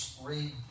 read